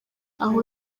aho